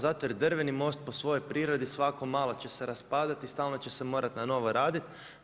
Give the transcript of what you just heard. Zato jer drveni most po svojoj prirodi svako malo će se raspadati i stalno će se morati na novo raditi.